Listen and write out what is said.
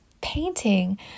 painting